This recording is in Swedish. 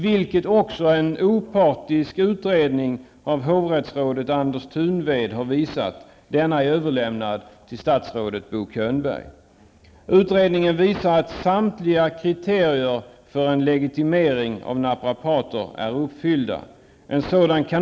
Detta har också en opartisk utredning av hovrättsrådet Anders Thunved visat. Denna utredning är överlämnad till statsrådet Bo Utredningen visar att samtliga kriterier för en legitimering av naprapater är uppfyllda.